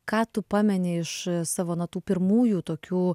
ką tu pameni iš savo na tų pirmųjų tokių